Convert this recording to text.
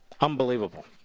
Unbelievable